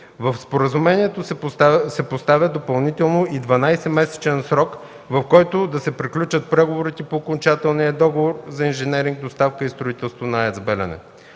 В споразумението се поставя допълнително и 12-месечен срок, в който да се приключат преговорите по окончателния договор за инженеринг, доставка и строителство на АЕЦ